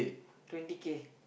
twenty K